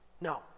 No